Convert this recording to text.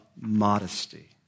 modesty